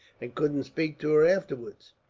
and couldn't speak to her afterwards.